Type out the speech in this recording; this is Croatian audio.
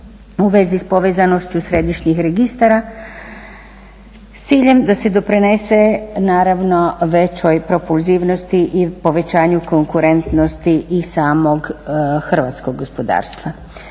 u vezi sa povezanošću središnjih registara s ciljem da se doprinese naravno većoj propulzivnosti i povećanju konkurentnosti i samog hrvatskog gospodarstva.